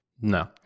No